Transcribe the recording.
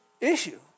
issue